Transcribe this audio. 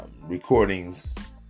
Recordings